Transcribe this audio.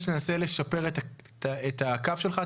תנסה לשפר את הקו שלך.